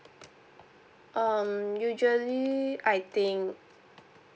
um usually I think